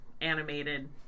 animated